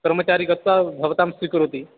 कर्मचारी गत्वा भवतः स्वीकरोति